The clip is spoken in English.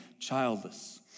Childless